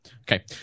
Okay